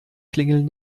klingeln